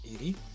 iri